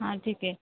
हां ठीक आहे